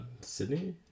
Sydney